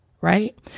Right